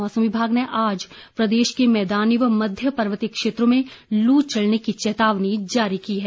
मौसम विभाग ने आज प्रदेश के मैदानी व मध्य पर्वतीय क्षेत्रों में लू चलने की चेतावनी जारी की है